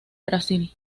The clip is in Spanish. brasil